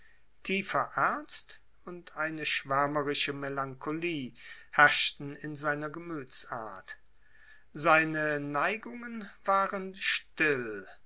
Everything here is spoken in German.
tiefer ernst und eine schwärmerische melancholie herrschten in seiner gemütsart seine neigungen waren still